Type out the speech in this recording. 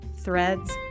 threads